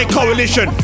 Coalition